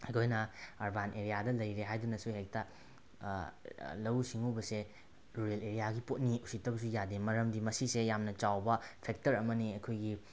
ꯑꯩꯈꯣꯏꯅ ꯑꯔꯕꯥꯟ ꯑꯦꯔꯤꯌꯥꯗ ꯂꯩꯔꯦ ꯍꯥꯏꯗꯨꯅꯁꯨ ꯍꯦꯛꯇ ꯂꯧꯎ ꯁꯤꯡꯎꯕꯁꯦ ꯔꯨꯔꯦꯜ ꯑꯦꯔꯤꯌꯥꯒꯤ ꯄꯣꯠꯅꯤ ꯎꯁꯤꯠꯇꯕꯁꯨ ꯌꯥꯗꯦ ꯃꯔꯝꯗꯤ ꯃꯁꯤꯁꯦ ꯌꯥꯝꯅ ꯆꯥꯎꯕ ꯐꯦꯛꯇꯔ ꯑꯃꯅꯤ ꯑꯩꯈꯣꯏꯒꯤ